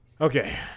Okay